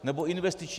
Nebo investiční.